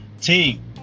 Team